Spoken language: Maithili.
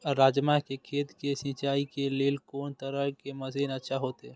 राजमा के खेत के सिंचाई के लेल कोन तरह के मशीन अच्छा होते?